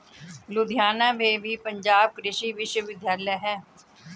लुधियाना में भी पंजाब कृषि विश्वविद्यालय है